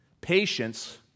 patience